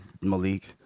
Malik